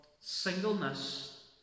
singleness